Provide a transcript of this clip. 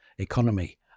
economy